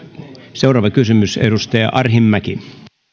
seuraava kysymys edustaja arhinmäki